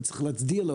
וצריך להצדיע לו.